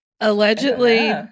Allegedly